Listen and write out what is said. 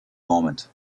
moment